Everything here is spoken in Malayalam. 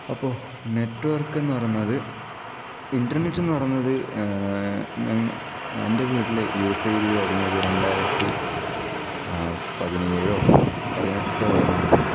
അപ്പോൾ നെറ്റ് വർക്ക് എന്ന് പറയുന്നത് ഇന്റർനെറ്റ് എന്ന് പറയുന്നത് ഞാൻ എന്റെ വീട്ടിൽ യൂസ് ചെയ്ത് തുടങ്ങിയത് രണ്ടായിരത്തി പതിനേഴോ പതിനെട്ടോ എങ്ങാണ്ടാണ്